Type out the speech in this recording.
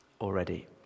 Already